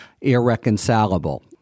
irreconcilable